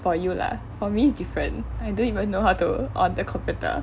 for you lah for me different I don't even know how to on the computer